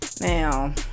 Now